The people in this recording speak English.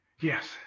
Yes